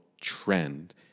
trend